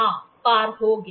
हाँ पार हो गया